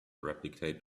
replicate